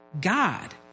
God